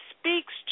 speaks